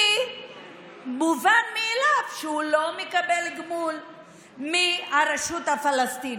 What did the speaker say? כי מובן מאליו שהוא לא מקבל גמול מהרשות הפלסטינית.